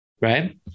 right